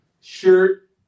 shirt